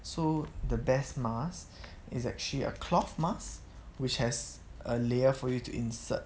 so the best mask is actually a cloth masks which has a layer for you to insert